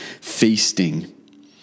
feasting